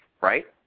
right